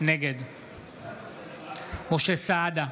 נגד משה סעדה,